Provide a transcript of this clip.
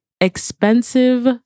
expensive